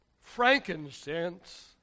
frankincense